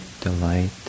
delight